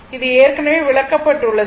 இது ஏற்கனவே விளக்கப்பட்டுள்ளது